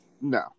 No